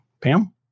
Pam